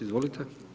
Izvolite.